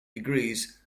degrees